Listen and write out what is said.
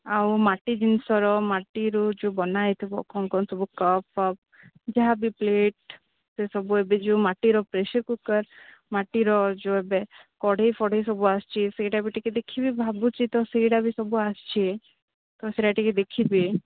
ଆଉ ମାଟି ଜିନିଷର ମାଟିରୁ ଯେଉଁ ବନା ହେଇଥିବ କ'ଣ କ'ଣ ସବୁ କପ୍ ଫପ୍ ଯାହା ବି ପ୍ଲେଟ୍ ସେ ସବୁ ଏବେ ଯେଉଁ ମାଟିର ପ୍ରେସର୍ କୁକର୍ ମାଟିର ଯେଉଁ ଏବେ କଢ଼େଇ ଫଢ଼େଇ ସବୁ ଆସିଛି ସେଇଟା ବି ଟିକେ ଦେଖିବି ଭାବୁଛି ତ ସେଇଡ଼ା ବି ସବୁ ଆସିଛି ତ ସେଇଡ଼ା ଟିକେ ଦେଖିବି